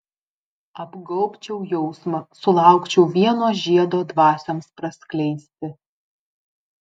apgaubčiau jausmą sulaukčiau vieno žiedo dvasioms praskleisti